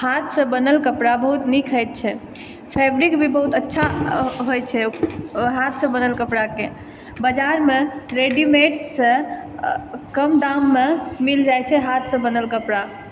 हाथ सँ बनल कपड़ा बहुत नीक होइत छै फेब्रिक भी बहुत अच्छा होइत छै हाथ सँ बनल कपड़ाके बजार मे रेडीमेड सँ कम दाममे मिल जाइ छै हाथ सँ बनल कपड़ा